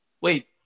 Wait